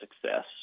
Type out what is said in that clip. success